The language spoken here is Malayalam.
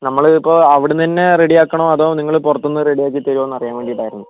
നമ്മൾ ഇപ്പോൾ അവിടുന്ന് തന്നെ റെഡി ആക്കണോ അതോ നിങ്ങൾ പുറത്തുനിന്ന് റെഡി ആക്കി തരുമോ എന്ന് അറിയാൻ വേണ്ടിയിട്ടായിരുന്നു